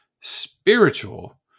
spiritual